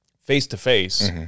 face-to-face